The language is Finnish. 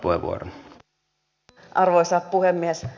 kiitos arvoisa puhemies